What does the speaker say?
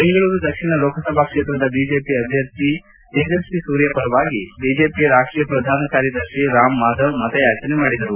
ಬೆಂಗಳೂರು ದಕ್ಷಿಣ ಲೋಕಸಭಾ ಕ್ಷೇತ್ರದ ಬಿಜೆಪಿ ಅಭ್ಯರ್ಥಿ ತೇಜಸ್ವಿ ಸೂರ್ಯ ಪರವಾಗಿ ಬಿಜೆಪಿ ರಾಷ್ಟೀಯ ಪ್ರಧಾನ ಕಾರ್ಯದರ್ಶಿ ರಾಂ ಮಾಧವ್ ಮತಯಾಚನೆ ನಡೆಸಿದರು